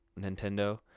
Nintendo